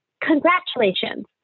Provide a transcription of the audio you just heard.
congratulations